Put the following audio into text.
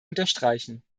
unterstreichen